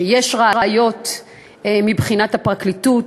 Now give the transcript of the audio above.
שיש ראיות מבחינת הפרקליטות